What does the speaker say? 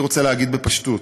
אני רוצה להגיד בפשטות: